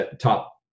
top